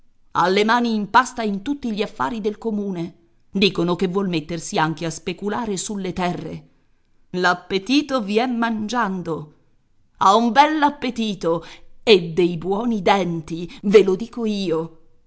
ha le mani in pasta in tutti gli affari del comune dicono che vuol mettersi anche a speculare sulle terre l'appetito viene mangiando ha un bell'appetito e dei buoni denti ve lo dico io